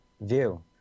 view